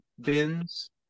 bins